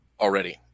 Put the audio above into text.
already